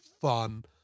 fun